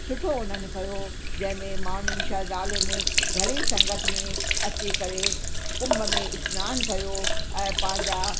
सुठो उन्हनि कयो जंहिंमें मां माण्हुनि श्रद्धालुनि घणी संगत में अची करे कुंभ में सनानु कयो ऐं पंहिंजा